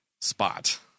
spot